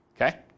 okay